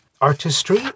artistry